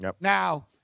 Now